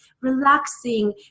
relaxing